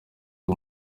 ubu